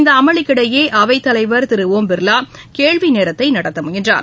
இந்த அமளிக்கிடையே அவைத்தலைவர் திரு ஓம் பிர்லா கேள்வி நேரத்தை நடத்த முயன்றார்